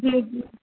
جی جی